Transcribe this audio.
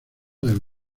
del